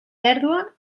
pèrdua